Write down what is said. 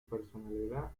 personalidad